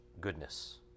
goodness